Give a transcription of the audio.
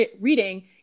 reading